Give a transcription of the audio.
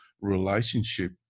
relationship